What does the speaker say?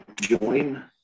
join